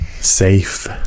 safe